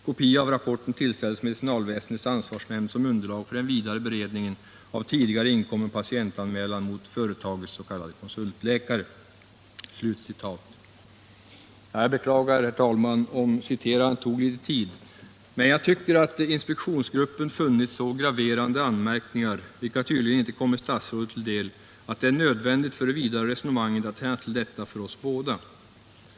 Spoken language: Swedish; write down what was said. Kopia av rapporten tillställes medicinalväsendets ansvarsnämnd som underlag för den vidare beredningen av tidigare inkommen patientanmälan mot företagets konsultläkare dr. Y.” Jag beklagar, herr talman, om citerandet tog litet tid, men jag tycker att inspektionsgruppen funnit så graverande anmärkningar, vilka tydligen inte kommit statsrådet till del, att det är nödvändigt för det vidare resonemanget att känna till detta för oss båda.